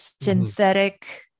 synthetic